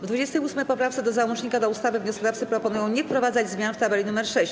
W 28. poprawce do załącznika do ustawy wnioskodawcy proponują nie wprowadzać zmian w tabeli nr 6.